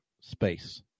space